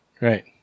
Right